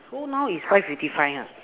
so now is five fifty five ha